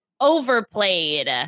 Overplayed